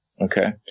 Okay